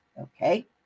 Okay